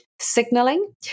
signaling